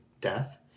death